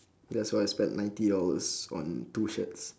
that's why I spent ninety dollars on two shirts